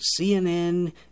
CNN